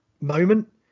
moment